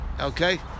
Okay